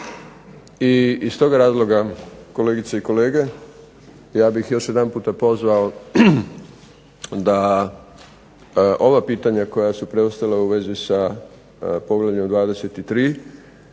I iz tog razloga, kolegice i kolege, ja bih još jedanputa pozvao da ova pitanja koja su preostala u vezi sa poglavljem 23.